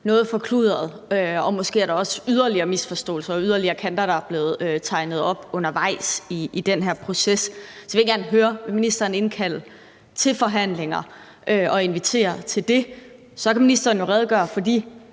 noget forkludret, og måske er der også yderligere misforståelser og yderligere kanter, der er blevet tegnet op undervejs i den her proces. Så jeg vil egentlig gerne høre: Vil ministeren indkalde til forhandlinger og invitere til det? Så kan ministeren jo redegøre for